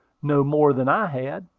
no more than i had.